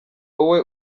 wowe